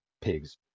pigs